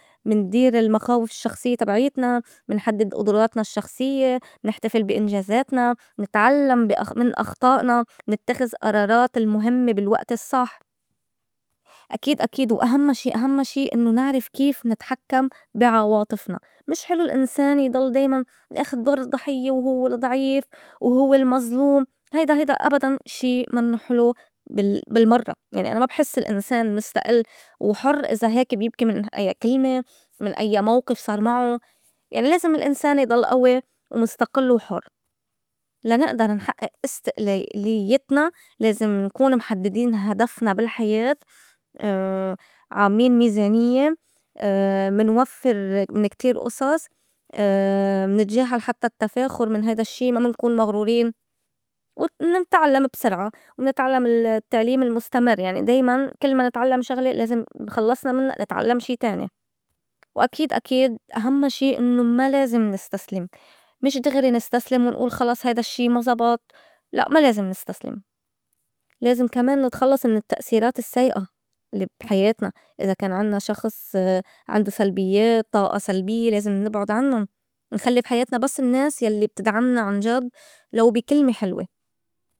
مندير المخاوف الشخصيّة تبعيتنا، منحدّد قُدراتنا الشخصيّة، نحتفل بي إنجازاتنا، نتعلّم بأخ- من أخطائنا، منتّخذ قرارات المُهمّة بالوقت الصّح. أكيد- أكيد وأهمّا- شي- أهمّا شي إنّو نعرف كيف نتحكّم بي عواطفنا مش حلو الإنسان يضل دايماً آخد دور الضحيّة وهوّ الضعيف وهوّ المظلوم، هيدا- هيدا أبداً شي منّو حلو بال- بالمرّة. يعني أنا ما بحس الإنسان مِستقل وحُر إذا هيك بيبكي من أيّا كلمة من أيّا موقف صار معو يعني لازم الإنسان يضل أوي ومُستقل وحُر. لا نئدر نحئّئ استقلاليتنا لازم نكون محدّدين هدفنا بالحياة، عاملين ميزانيّة، منوفّر من كتير أصص، منتجاهل حتّى التفاخُر من هيدا الشّي ما منكون مغرورين، ونتعلّم بسرعة ونتعلّم التّعليم المُستمر يعني دايماً كل ما نتعلّم شغلة لازم خلّصنا منّا نتعلّم شي تاني، وأكيد- أكيد أهمّا شي إنّو ما لازم نستسلم مش دغري نستسلم ونقول خلص هيدا الشّي ما زبط لأ ما لازم نستسلم. لازم كمان نتخلّص من التأثيرات السّيئة الي بي حياتنا إذا كان عنّا شخص عندوا سلبيّات طاقة سلبيّة لازم نبعُد عنُّن نخلّي بحياتنا بس النّاس يلي بتدعمنا عنجد لو بي كلمة حلوة.